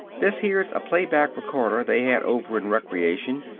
this here's a play-back recorder they had over in recreation.